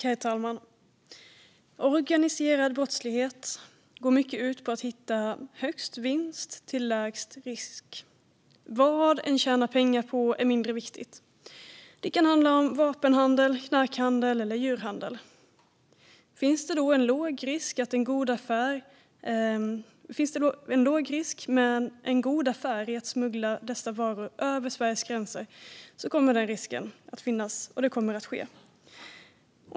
Herr talman! Organiserad brottslighet går ut på att hitta högst vinst till lägst risk. Vad en tjänar pengar på är mindre viktigt. Det kan handla om vapenhandel, knarkhandel eller djurhandel. Finns det en låg risk med en god affär i att smuggla dessa varor över Sveriges gränser kommer det att ske.